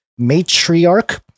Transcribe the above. matriarch